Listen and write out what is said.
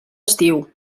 estiu